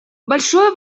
большое